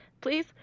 Please